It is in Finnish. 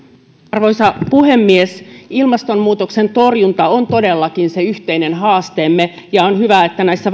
arvoisa puhemies ilmastonmuutoksen torjunta on todellakin se yhteinen haasteemme ja on hyvä että näissä